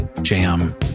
jam